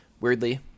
weirdly